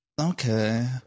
Okay